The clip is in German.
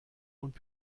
und